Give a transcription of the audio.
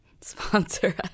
sponsor